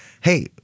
hey